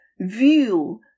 view